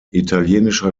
italienischer